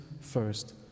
first